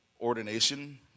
ordination